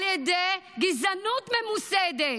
על ידי גזענות ממוסדת,